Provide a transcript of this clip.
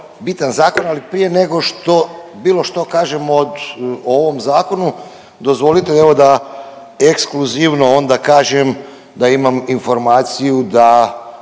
bitan zakon, ali prije nego što bilo što kažemo o ovom zakonu, dozvolite evo da ekskluzivno onda kažem da imam informaciju da